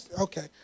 Okay